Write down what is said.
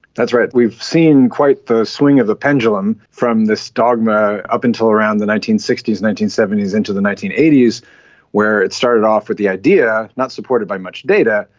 that's right, we've seen quite the swing of the pendulum from this dogma up until around the nineteen sixty s, nineteen seventy s into the nineteen eighty s where it started off with the idea, not supported by much data,